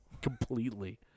completely